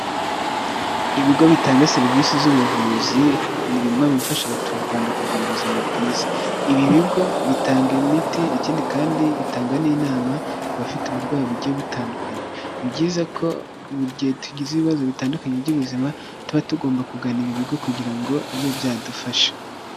Ibigo bitanga serivisi z'ubuvuzi ni bimwe mu bifasha abaturarwanda kugira ubuzima bwiza, ibi bigo bitanga imiti ikindi kandi bitanga n'inama ku bafite uburwayi bugiye butandukanye. Ni byiza ko mu gihe tugize ibibazo bitandukanye by'ubuzima, tuba tugomba kugana ibi bigo kugira ngo bibe byadufasha.